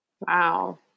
Wow